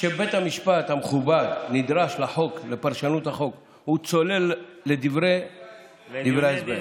כשבית המשפט המכובד נדרש לפרשנות החוק הוא צולל לדברי ההסבר.